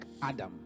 Adam